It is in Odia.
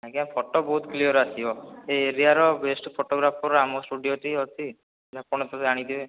ଆଜ୍ଞା ଫଟୋ ବହୁତ କ୍ଳିଅର ଆସିବ ଏ ଏରିଆ ର ବେଷ୍ଟ ଫଟୋଗ୍ରାଫର ଆମ ସ୍ଟୁଡ଼ିଓ ରେ ଅଛି ଆପଣ ତ ଜାଣିଥିବେ